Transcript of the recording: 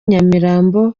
nyamirambo